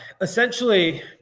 essentially